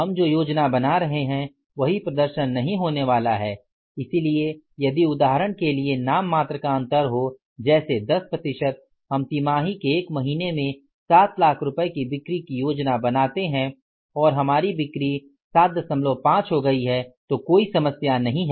हम जो योजना बना रहे हैं वही प्रदर्शन नहीं होने वाला है इसलिए यदि उदाहरण के लिए नाम मात्र का अंतर हो जैसे 10 प्रतिशत हम तिमाही के एक महीने में 7 लाख रुपये की बिक्री की योजना बनाते हैं और हमारी बिक्री 75 हो गई है तो कोई समस्या नहीं है